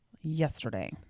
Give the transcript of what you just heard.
Yesterday